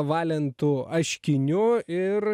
valentu aškiniu ir